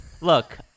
Look